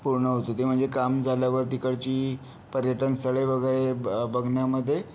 पूर्ण होत होती म्हणजे काम झाल्यावर तिकडची पर्यटन स्थळे वगैरे ब बघण्यामध्ये